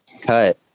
cut